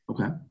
Okay